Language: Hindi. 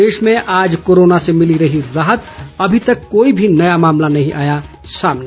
प्रदेश में आज कोरोना से भिली रही राहत अभी तक कोई भी नया मामला नहीं आया सामने